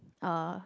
uh